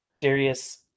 Darius